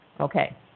Okay